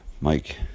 mike